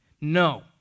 No